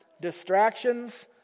distractions